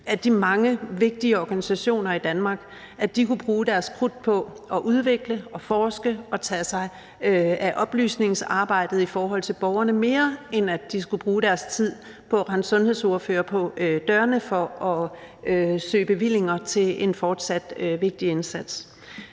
at de mange vigtige organisationer i Danmark mere kunne bruge deres krudt på at udvikle og forske og tage sig af oplysningsarbejdet i forhold til borgerne frem for at skulle bruge deres tid på at rende sundhedsordførere på dørene for at søge bevillinger til en fortsat vigtig indsats.